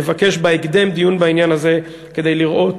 לבקש בהקדם דיון בעניין הזה כדי לראות